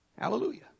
Hallelujah